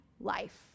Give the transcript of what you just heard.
life